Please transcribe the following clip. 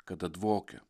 kada dvokia